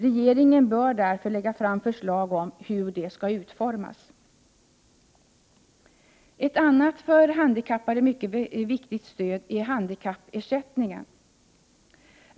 Regeringen bör därför lägga fram förslag om hur ett sådant stöd skall utformas. Ett annat för handikappade mycket viktigt stöd är handikappersättningen.